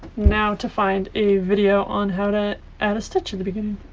now to find a video on how to add a stitch in the beginning.